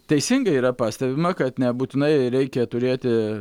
teisingai yra pastebima kad nebūtinai reikia turėti